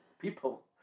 People